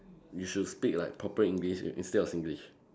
you should speak like proper English in~ instead of Singlish